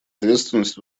ответственность